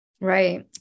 Right